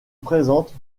présente